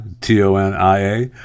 T-O-N-I-A